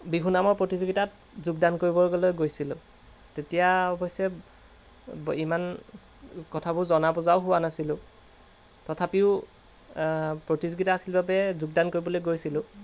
বিহু নামৰ প্ৰতিযোগিতাত যোগদান কৰিবগলৈ গৈছিলোঁ তেতিয়া অৱশ্যে বে ইমান কথাবোৰ জনা বুজাও হোৱা নাছিলোঁ তথাপিও প্ৰতিযোগিতা আছিল বাবে যোগদান কৰিবলৈ গৈছিলোঁ